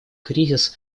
кризис